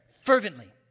fervently